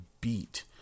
beat